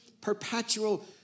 perpetual